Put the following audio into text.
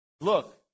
Look